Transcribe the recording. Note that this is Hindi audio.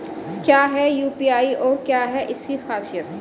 क्या है यू.पी.आई और क्या है इसकी खासियत?